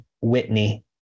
Whitney